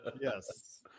yes